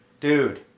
dude